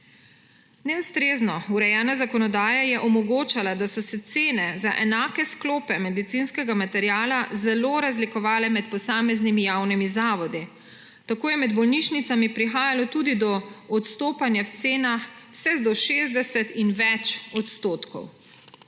Neustrezno urejena zakonodaja je omogočala, da so se cene za enake sklope medicinskega materiala zelo razlikovale med posameznimi javnimi zavodi. Tako je med bolnišnicami prihajalo tudi do odstopanja v cenah vse do 60 in več odstotkov.